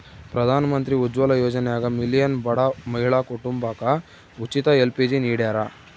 ಪ್ರಧಾನಮಂತ್ರಿ ಉಜ್ವಲ ಯೋಜನ್ಯಾಗ ಮಿಲಿಯನ್ ಬಡ ಮಹಿಳಾ ಕುಟುಂಬಕ ಉಚಿತ ಎಲ್.ಪಿ.ಜಿ ನಿಡ್ಯಾರ